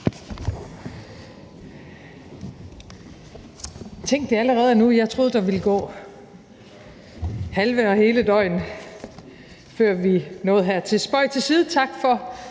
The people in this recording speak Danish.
at det allerede er nu – jeg troede, der ville gå halve og hele døgn, før vi nåede hertil. Spøg til side, og tak for